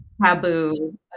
taboo